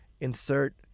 insert